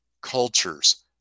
cultures